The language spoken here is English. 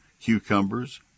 cucumbers